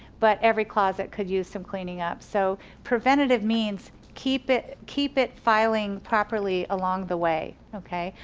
but every closet could use some cleaning up. so preventative means keep it keep it filing properly along the way. okay,